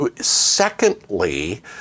secondly